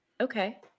Okay